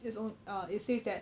it's own uh it says that